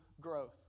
Growth